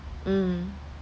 mm